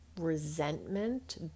resentment